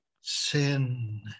sin